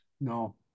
no